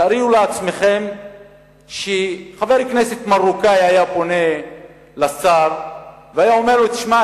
תארו לעצמכם שחבר כנסת מרוקאי היה פונה לשר וזה היה אומר לו: תשמע,